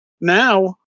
Now